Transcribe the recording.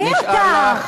מי אתה?